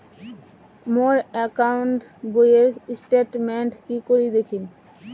মোর account বইয়ের statement কি করি দেখিম?